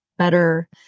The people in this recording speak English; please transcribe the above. better